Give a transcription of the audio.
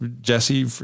Jesse